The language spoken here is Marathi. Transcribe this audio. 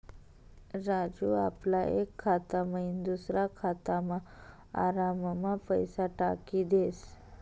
राजू आपला एक खाता मयीन दुसरा खातामा आराममा पैसा टाकी देस